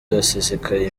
asesekaye